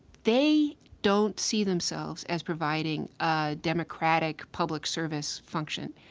they don't see themselves as providing a democratic public service function,